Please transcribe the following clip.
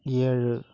ஏழு